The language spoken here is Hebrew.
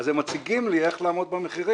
אז הם מציגים לי איך לעמוד במחירים.